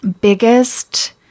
biggest